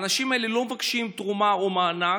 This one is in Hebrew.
האנשים האלה לא מבקשים תרומה או מענק,